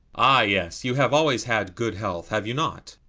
ah, yes you have always had good health, have you not?